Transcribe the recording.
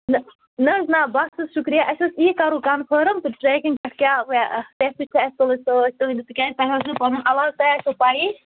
نہَ نہَ حظ نہَ بَس حظ شُکریہ اَسہِ اوس یی کَرُن کَنفٲرٕم تہٕ ٹرٛیکِنٛگ پٮ۪ٹھ کیٛاہ سیٚفٹی چھِ اَسہِ تُلٕنۍ سۭتۍ تُہُنٛد تِکیٛازِ تۄہہِ حظ چھُو پنُن علاقہٕ تۄہہِ آسوٕ پیِی